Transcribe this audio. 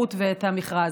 הסמכות ואת המכרז.